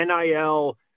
NIL